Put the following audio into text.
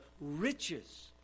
riches